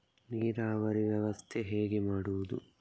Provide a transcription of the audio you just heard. ನೀರಾವರಿ ವ್ಯವಸ್ಥೆ ಹೇಗೆ ಮಾಡುವುದು?